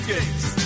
Gates